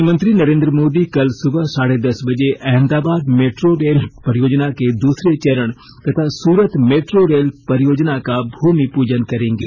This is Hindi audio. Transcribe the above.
प्रधानमंत्री नरेन्द्र मोदी कल सुबह साढ़े दस बजे अहमदाबाद मेट्रो रेल परियोजना के द्रसरे चरण तथा सूरत मेट्रो रेल परियोजना का भूमि पूजन करेंगे